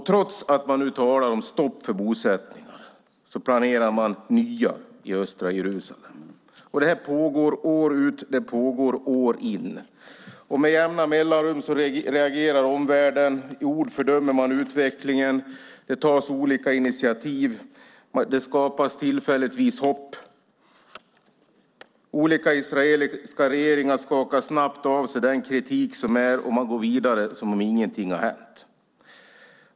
Trots att man nu talar om stopp för bosättningar planerar man nya i östra Jerusalem. Detta pågår år ut och år in. Med jämna mellanrum reagerar omvärlden. I ord fördömer man utvecklingen. Det tas olika initiativ. Det skapas tillfälligt hopp. Olika israeliska regeringar skakar snabbt av sig kritiken och man går vidare som om ingenting har hänt.